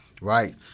right